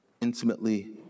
intimately